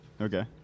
Okay